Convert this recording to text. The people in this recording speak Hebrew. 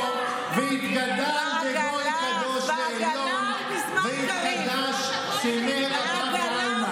שאנחנו חותמים בו: "ויתגדל בגוי קדוש ועליון ויתקדש שמיה רבא בעלמא".